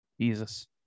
Jesus